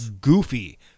goofy